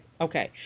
Okay